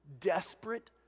desperate